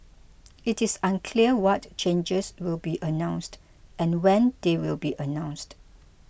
it is unclear what changes will be announced and when they will be announced